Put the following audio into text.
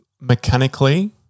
mechanically